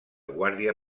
guàrdia